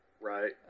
Right